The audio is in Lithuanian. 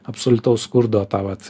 absoliutaus skurdo tą vat